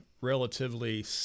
relatively